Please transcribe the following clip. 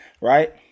right